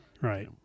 Right